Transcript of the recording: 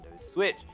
Switch